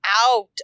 out